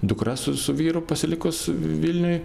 dukra su su vyru pasilikus vilniuj